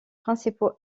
principaux